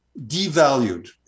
devalued